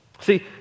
See